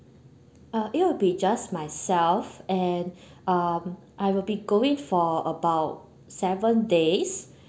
uh it will be just myself and um I will be going for about seven days